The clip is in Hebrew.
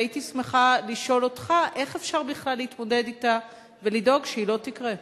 והייתי שמחה לשאול אותך איך אפשר בכלל להתמודד אתה ולדאוג שהיא לא תקרה.